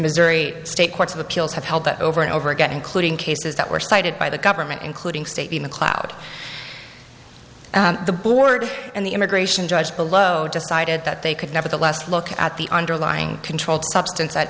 missouri state courts of appeals have held that over and over again including cases that were cited by the government including state in the cloud the board and the immigration judge below decided that they could nevertheless look at the underlying controlled substance